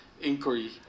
inquiry